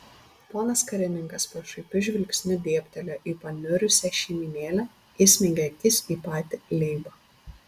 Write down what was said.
ponas karininkas pašaipiu žvilgsniu dėbtelėjo į paniurusią šeimynėlę įsmeigė akis į patį leibą